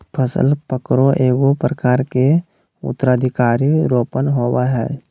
फसल पकरो एगो प्रकार के उत्तराधिकार रोपण होबय हइ